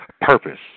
purpose